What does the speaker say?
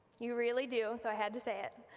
you really do so, i had to say it.